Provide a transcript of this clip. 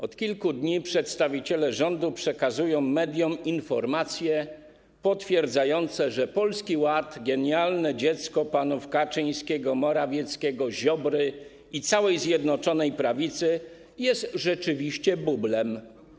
Od kilku dni przedstawiciele rządu przekazują mediom informacje potwierdzające, że Polski Ład - genialne dziecko panów Kaczyńskiego, Morawieckiego, Ziobry i całej Zjednoczonej Prawicy jest rzeczywiście bublem.